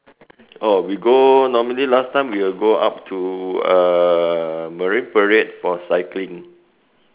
oh we go normally last time we will go up to uh Marine Parade for cycling